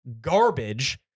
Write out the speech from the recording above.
garbage